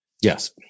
Yes